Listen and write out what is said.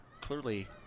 Clearly